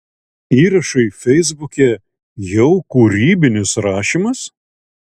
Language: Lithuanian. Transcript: įrašai feisbuke jau kūrybinis rašymas